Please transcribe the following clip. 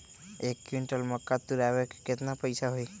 एक क्विंटल मक्का तुरावे के केतना पैसा होई?